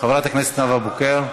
חברת הכנסת נאוה בוקר.